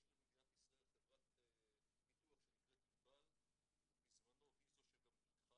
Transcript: יש למדינת ישראל חברת ביטוח שנקראת ענבל ובזמנו היא זו שגם ביטחה